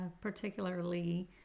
particularly